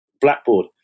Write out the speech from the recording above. blackboard